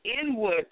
inward